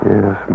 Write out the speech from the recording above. Yes